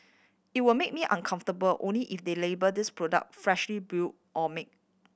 it will make me uncomfortable only if they label these product freshly brew or made